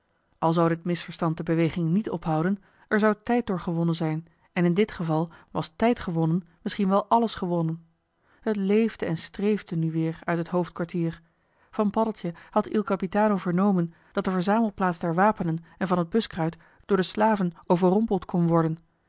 al zou dit misverstand de beweging niet ophouden er zou tijd door gewonnen zijn en in dit geval was tijd gewonnen misschien wel alles gewonnen het leefde en streefde nu weer uit het hoofdkwartier van paddeltje had il capitano vernomen dat de verzamelplaats der wapenen en van het buskruit door de slaven overompeld kon worden